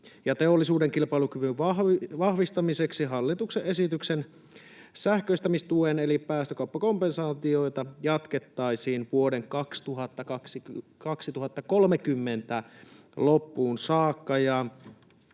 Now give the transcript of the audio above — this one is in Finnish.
teollisuuden kilpailukyvyn vahvistamiseksi hallituksen esityksen sähköistämistukea eli päästökauppakompensaatiota jatkettaisiin vuoden 2030 loppuun saakka.